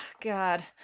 God